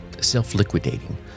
self-liquidating